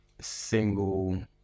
single